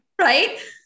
Right